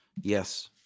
Yes